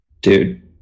Dude